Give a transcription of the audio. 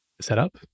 setup